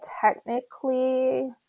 technically